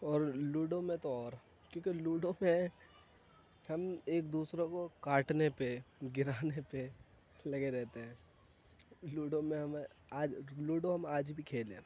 اور لوڈو میں تو اور کیوںکہ لوڈو میں ہم ایک دوسروں کو کاٹنے پہ گرانے پہ لگے رہتے ہیں لوڈو میں ہمیں آج لوڈو ہم آج بھی کھیلے ہیں